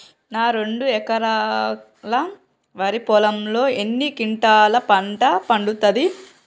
నా రెండు ఎకరాల వరి పొలంలో ఎన్ని క్వింటాలా పంట పండుతది?